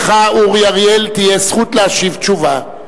אורי אריאל, לך תהיה זכות להשיב תשובה,